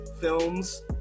films